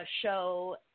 show